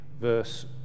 verse